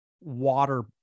water